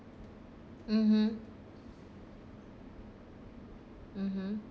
mmhmm mmhmm